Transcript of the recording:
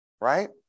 right